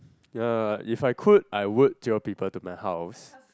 ya if I could I would jio people to my house